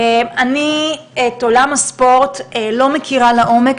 אני את עולם הספורט לא מכירה לעומק.